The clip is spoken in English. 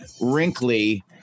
wrinkly